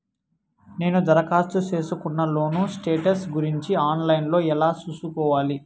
నేను దరఖాస్తు సేసుకున్న లోను స్టేటస్ గురించి ఆన్ లైను లో ఎలా సూసుకోవాలి?